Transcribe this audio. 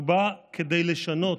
הוא בא כדי לשנות.